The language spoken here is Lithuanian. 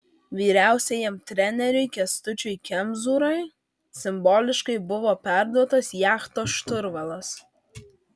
vyriausiajam treneriui kęstučiui kemzūrai simboliškai buvo perduotas jachtos šturvalas